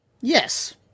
Yes